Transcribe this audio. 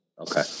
Okay